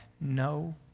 no